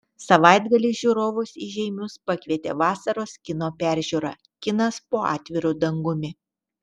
savaitgalį žiūrovus į žeimius pakvietė vasaros kino peržiūra kinas po atviru dangumi